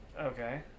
Okay